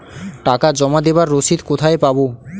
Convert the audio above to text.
টাকা জমা দেবার রসিদ কোথায় পাব?